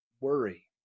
worry